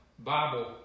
Bible